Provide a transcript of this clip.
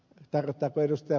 tarkoittaako ed